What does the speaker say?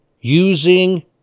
using